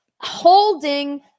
holding